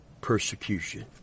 persecution